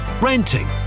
renting